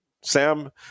Sam